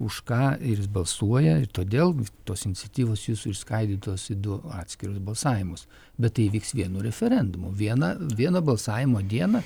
už ką balsuoja ir todėl tos iniciatyvos jūsų išskaidytos į du atskirus balsavimus bet tai įvyks vienu referendumu vieną vieno balsavimo dieną